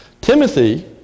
Timothy